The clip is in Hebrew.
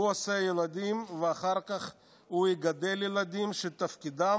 הוא עושה ילדים, ואחר כך הוא יגדל ילדים שתפקידם